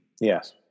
Yes